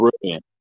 Brilliant